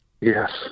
Yes